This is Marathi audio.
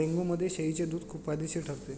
डेंग्यूमध्ये शेळीचे दूध खूप फायदेशीर ठरते